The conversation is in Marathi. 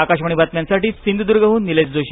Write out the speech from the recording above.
आकाशवाणी बातम्यांसाठी सिंध्रदुर्गहून निलेश जोशी